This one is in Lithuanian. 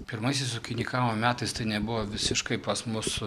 pirmaisiais ūkininkavimo metais tai nebuvo visiškai pas mus